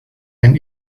ein